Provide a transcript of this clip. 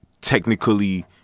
technically